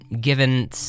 Given